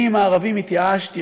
אני עם הערבים התייאשתי,